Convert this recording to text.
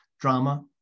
drama